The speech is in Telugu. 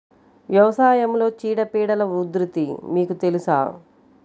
వ్యవసాయంలో చీడపీడల ఉధృతి మీకు తెలుసా?